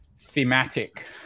thematic